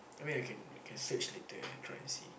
I mean I can can search later ah I try and see